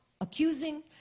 accusing